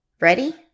Ready